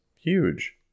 huge